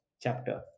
chapter